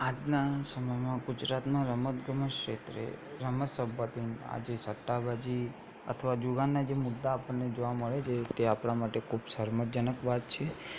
આજના સમયમાં ગુજરાતમાં રમતગમત ક્ષેત્રે રમત સંબંધીત આજે સટ્ટાબાજી અથવા જુગારના જે મુદ્દા આપણને જોવા મળે છે તે આપણા માટે ખૂબ શરમજનક વાત છે